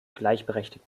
gleichberechtigt